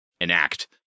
enact